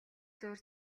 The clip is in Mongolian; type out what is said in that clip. зуур